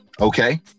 Okay